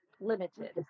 limited